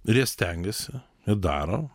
ir jie stengiasi jie daro